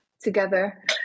together